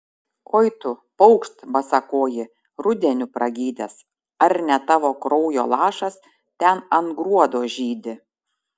oi tu paukšt basakoji rudeniu pragydęs ar ne tavo kraujo lašas ten ant gruodo žydi